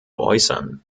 äußern